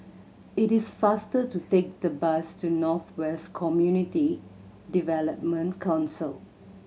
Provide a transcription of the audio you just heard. it is faster to take the bus to North West Community Development Council